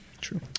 true